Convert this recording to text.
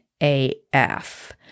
AF